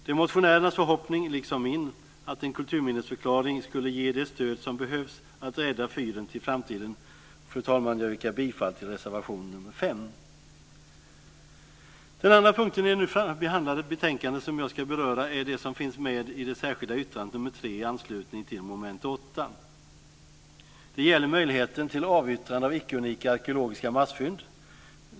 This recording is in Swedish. Det är motionärernas förhoppning, liksom min, att en kulturminnesförklaring skulle ge det stöd som behövs att rädda fyren till framtiden. Fru talman! Jag yrkar bifall till reservation nr 5. Den andra punkten i det nu behandlade betänkandet som jag ska beröra är det som finns med i det särskilda yttrandet nr 3 i anslutning till mom. 8. Den gäller möjligheten till avyttrande av icke-unika arkeologiska massfynd.